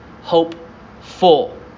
Hopeful